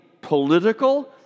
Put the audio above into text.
political